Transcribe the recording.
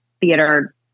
theater